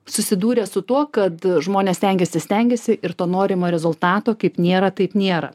susidūręs su tuo kad žmonės stengiasi stengiasi ir to norimo rezultato kaip nėra taip nėra